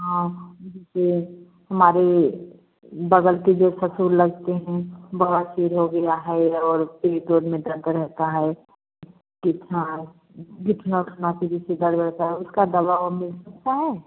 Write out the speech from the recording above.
हाँ जैसे हमारे बग़ल के जो ससुर लगते हैं बवासीर हो गया है और पेट ओट में दर्द रहता है गुठना गुठने उठने पर जैसे दर्द रहता है उसकी दवा अवा मिल सकती है